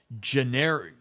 generic